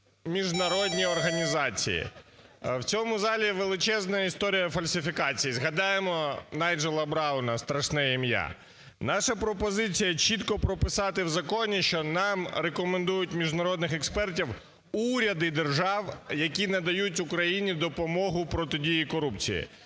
міжнародні організації. В цьому залі величезна історія фальсифікацій. Згадаємо Найджела Брауна, страшне ім'я. Наша пропозиція чітко прописати в законі, що нам рекомендують міжнародних експертів уряди держав, які надають Україні допомогу в протидії корупції.